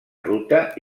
ruta